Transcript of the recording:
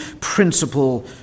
principle